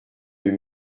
deux